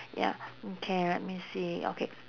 ya okay let me see okay